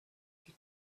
die